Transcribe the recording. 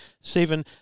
Stephen